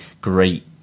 great